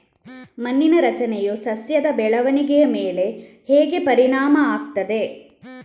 ಮಣ್ಣಿನ ರಚನೆಯು ಸಸ್ಯದ ಬೆಳವಣಿಗೆಯ ಮೇಲೆ ಹೇಗೆ ಪರಿಣಾಮ ಆಗ್ತದೆ?